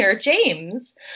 James